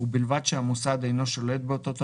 ובלבד שהמוסד אינו שולט באותו תאגיד,